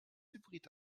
hybrid